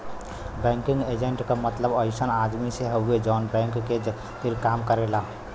banking agent क मतलब अइसन आदमी से हउवे जौन बैंक के खातिर काम करेला